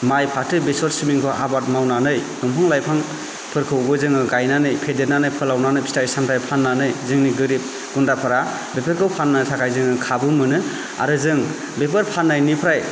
माइ फाथो बेसर सिबिंखौ आबाद मावनानै दंफां लाइफांफोरखौबो जोङो गायनानै फेदेरनानै फोलावनानै फिथाइ सामथाइ फाननानै जोंनि गोरिब गुन्द्राफोरा बेफोरखौ फाननो थाखाय जोङो खाबु मोनो आरो जों बेफोर फाननायनिफ्राय